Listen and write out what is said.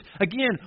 again